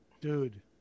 Dude